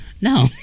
no